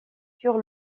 sur